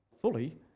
fully